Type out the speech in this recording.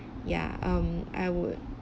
yeah um I would